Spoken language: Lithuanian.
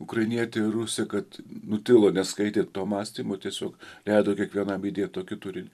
ukrainietė ir rusė kad nutilo neskaitė to mąstymo tiesiog leido kiekvienam įdėt tokį turinį